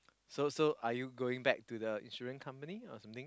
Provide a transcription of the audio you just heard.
so so are you going back to the insurance company or something